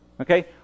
Okay